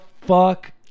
fuck